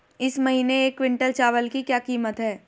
इस महीने एक क्विंटल चावल की क्या कीमत है?